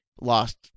lost